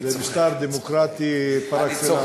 זה משטר דמוקרטי פר-אקסלנס.